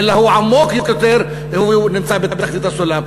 אלא הוא עמוק יותר והוא נמצא בתחתית הסולם.